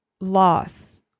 loss